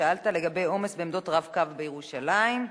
שאלת לגבי עומס בעמדות "רב-קו" בירושלים,